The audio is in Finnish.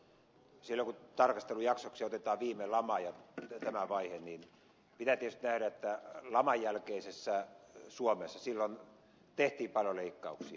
silloin kun tarkastelujaksoksi otetaan viime lama ja tämä vaihe niin pitää tietysti nähdä että laman jälkeisessä suomessa tehtiin paljon leikkauksia